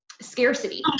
scarcity